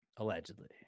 allegedly